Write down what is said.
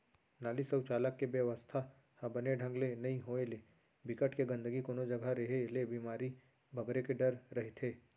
नाली, सउचालक के बेवस्था ह बने ढंग ले नइ होय ले, बिकट के गंदगी कोनो जघा रेहे ले बेमारी बगरे के डर रहिथे